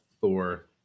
Thor